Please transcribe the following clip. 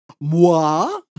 moi